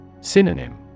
Synonym